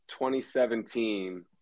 2017